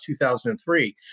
2003